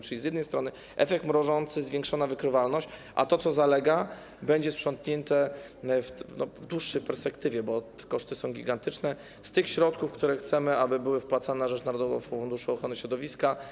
Czyli z jednej strony efekt mrożący, zwiększona wykrywalność, a z drugiej to, co zalega, będzie sprzątnięte w dłuższej perspektywie, bo koszty są gigantyczne, za sprawą tych środków, co do których chcemy, aby były wpłacane na rzecz narodowego funduszu ochrony środowiska.